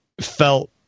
felt